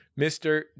Mr